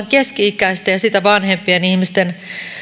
keski ikäisten ja sitä vanhempien ihmisten